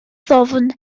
ddofn